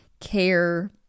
care